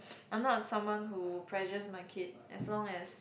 I'm not someone who pressures my kid as long as